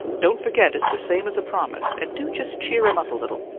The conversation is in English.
don't forget it's the same as a promise, and do just cheer him up a little.